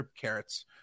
carrots